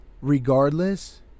regardless